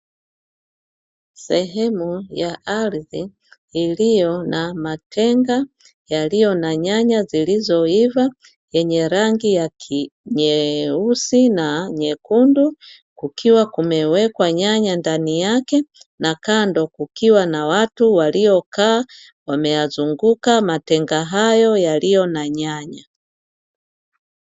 Sehemu ya ardhi iliyo na matenga, yaliyo na nyanya zilizoiva yenye rangi ya nyeusi na nyekundu, kukiwa kumwekwa nyanya ndani yake, na kando kukiwa na watu waliyokaa wameyazunguka matenga hayo yaliyo na nyanya.